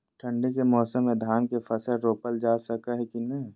ठंडी के मौसम में धान के फसल रोपल जा सको है कि नय?